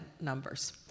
numbers